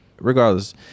regardless